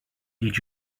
did